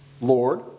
Lord